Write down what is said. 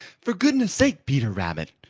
for goodness' sake, peter rabbit,